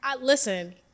Listen